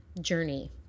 journey